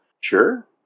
sure